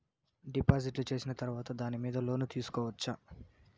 డిపాజిట్లు సేసిన తర్వాత దాని మీద లోను తీసుకోవచ్చా?